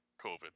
COVID